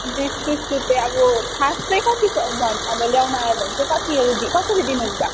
बिस तिस रुपियाँ अब खास चाहिँ कति छ भन अब ल्याउनु आयो भने चाहिँ कति कसरी दिनुहुन्छ